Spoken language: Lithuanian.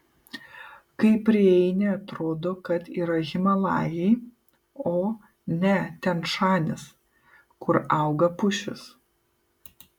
kai prieini atrodo kad yra himalajai o ne tian šanis kur auga pušys